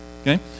okay